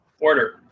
order